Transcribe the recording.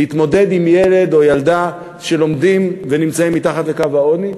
להתמודד עם ילד או ילדה שלומדים ונמצאים מתחת לקו העוני,